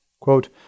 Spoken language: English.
Quote